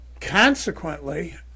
Consequently